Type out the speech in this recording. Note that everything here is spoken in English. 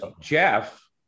Jeff